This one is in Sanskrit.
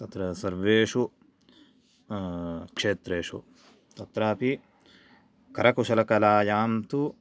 तत्र सर्वेषु क्षेत्रेषु तत्रापि करकुशलकलायां तु